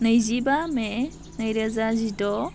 नैजिबा मे नैरोजा जिद'